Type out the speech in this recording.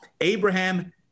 Abraham